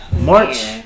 March